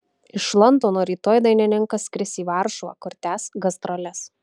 iš londono rytoj dainininkas skris į varšuvą kur tęs gastroles